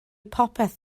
popeth